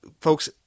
Folks